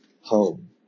home